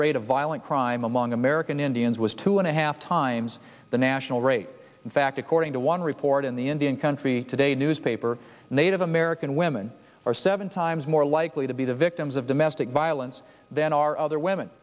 rate of violent crime among american indians was two and a half times the national rape in fact according to one report in the indian country today newspaper native american women are seven times more likely to be the victims of domestic violence than are other women